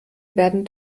werden